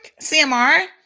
CMR